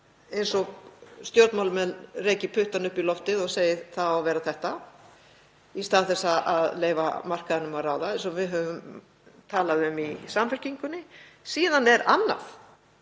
eins og stjórnmálamenn reki puttann upp í loftið og segi: það á að vera þetta, í stað þess að leyfa markaðnum að ráða eins og við höfum talað um í Samfylkingunni. Síðan er annað